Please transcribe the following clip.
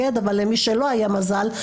אז למי שהיה מזל ויש לו משפחה, ידע להתנגד.